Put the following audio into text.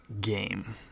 game